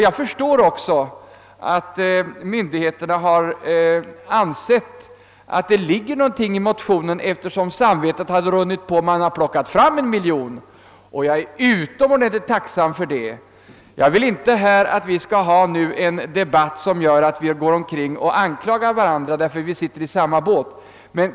Jag förstår också att myndigheterna ansett att det ligger något i motionens yrkande eftersom samvetet tydligen gjort sig kännbart och en miljon kronor har plockats fram. Jag är utomordentligt tacksam för detta. Jag vill inte att vi här skall ha en debatt där vi anklagar varandra — vi sitter ju i samma båt.